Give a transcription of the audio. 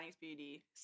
beauty